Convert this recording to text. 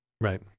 Right